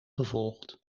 gevolgd